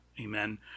amen